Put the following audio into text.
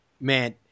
Man